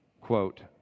quote